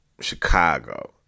Chicago